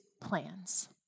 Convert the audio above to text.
plans